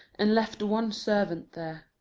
and left one servant there